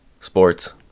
sports